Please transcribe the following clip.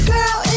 Girl